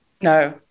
No